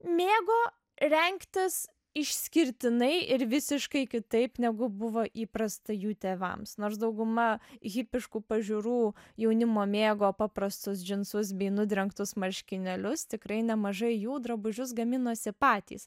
mėgo rengtis išskirtinai ir visiškai kitaip negu buvo įprasta jų tėvams nors dauguma hipiškų pažiūrų jaunimo mėgo paprastus džinsus bei nudrengtus marškinėlius tikrai nemažai jų drabužius gaminosi patys